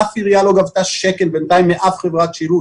אף עירייה לא גבתה בינתיים שקל מאף חברת שילוט